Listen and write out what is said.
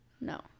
No